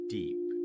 deep